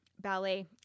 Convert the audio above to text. ballet